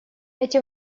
эти